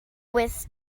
with